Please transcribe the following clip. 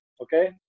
okay